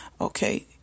Okay